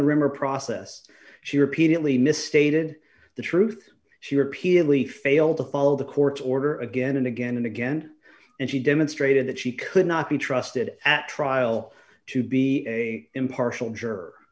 the room or process she repeatedly misstated the truth she repeatedly failed to follow the court's order again and again and again and she demonstrated that she could not be trusted at trial to be a impartial juror